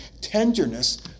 tenderness